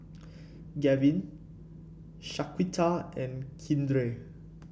Gavin Shaquita and Keandre